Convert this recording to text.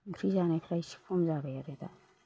ओंख्रि जानायफ्रा एसे खम जाबाय आरो दा